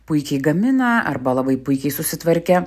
puikiai gamina arba labai puikiai susitvarkę